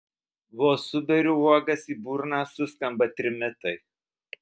vos suberiu uogas į burną suskamba trimitai